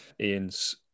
Ian's